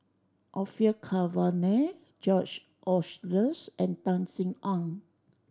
Orfeur Cavenagh George Oehlers and Tan Sin Aun